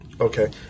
Okay